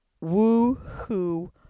woo-hoo